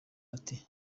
ati